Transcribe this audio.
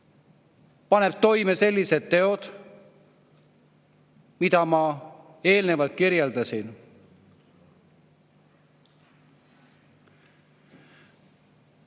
paneb toime sellised teod, mida ma eelnevalt kirjeldasin?